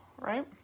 right